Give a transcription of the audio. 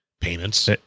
payments